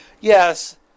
Yes